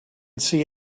see